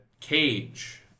cage